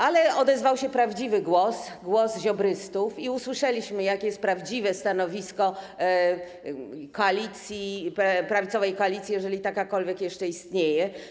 Ale odezwał się prawdziwy głos, głos ziobrystów, i usłyszeliśmy, jakie jest prawdziwe stanowisko prawicowej koalicji, jeżeli taka jeszcze istnieje.